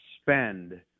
spend